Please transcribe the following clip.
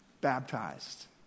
baptized